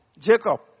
Jacob